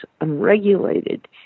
unregulated